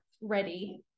ready